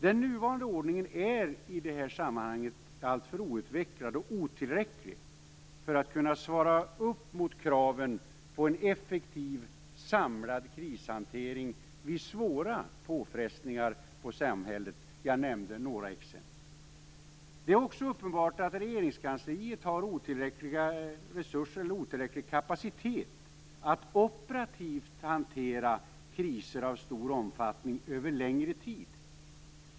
Den nuvarande ordningen är i detta sammanhang alltför outvecklad och otillräcklig för att kunna svara upp mot kraven på en effektiv samlad krishantering vid svåra påfrestningar på samhället. Jag nämnde några exempel. Det är också uppenbart att Regeringskansliet har otillräckliga resurser eller otillräcklig kapacitet att operativt hantera kriser av stor omfattning över längre tid.